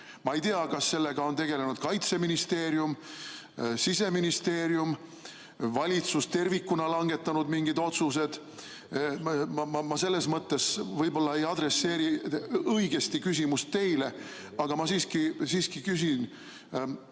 Ma ei tea, kas sellega on tegelenud Kaitseministeerium, Siseministeerium või valitsus tervikuna on langetanud mingid otsused. Ma selles mõttes võib-olla ei adresseeri õigesti küsimust teile, aga ma siiski küsin.